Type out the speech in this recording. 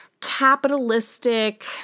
capitalistic